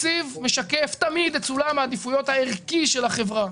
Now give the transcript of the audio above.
תקציב משקף תמיד את סולם העדיפויות הערכי של החברה,